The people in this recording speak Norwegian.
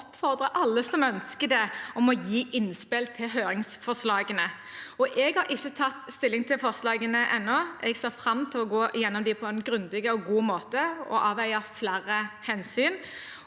oppfordre alle som ønsker det, til å gi innspill til høringsforslagene. Jeg har ikke tatt stilling til forslagene ennå. Jeg ser fram til å gå gjennom dem på en grundig og god måte og avveie flere hensyn.